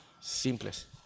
simples